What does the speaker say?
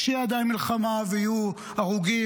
כשתהיה עדיין מלחמה ויהיו הרוגים,